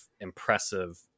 impressive